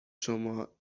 شما